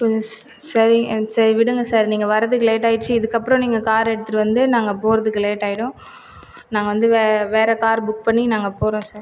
கொஞ்ச ஸ் சரி சரி விடுங்கள் சார் நீங்கள் வர்றதுக்கு லேட் ஆயிடுச்சு இதற்கப்புறம் நீங்கள் கார் எடுத்துகிட்டு வந்து நாங்கள் போகறதுக்கு லேட் ஆயிடும் நாங்கள் வந்து வே வேறு கார் புக் பண்ணி நாங்கள் போகறோம் சார்